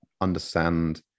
understand